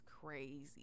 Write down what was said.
crazy